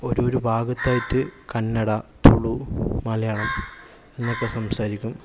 ഒരു ഒരു ഭാഗത്തായിട്ട് കന്നഡ തുളു മലയാളം എന്നൊക്കെ സംസാരിക്കും